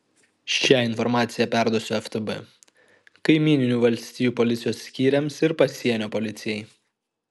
šią informaciją perduosiu ftb kaimyninių valstijų policijos skyriams ir pasienio policijai